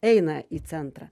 eina į centrą